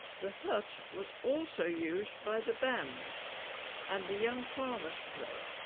the hut was also used by the band and the young farmers' club